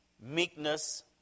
meekness